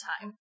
time